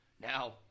Now